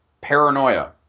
paranoia